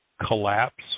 collapse